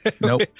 Nope